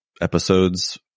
episodes